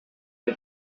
you